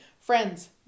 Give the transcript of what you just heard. Friends